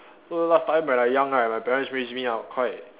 so last time when I young right my parents raise me up quite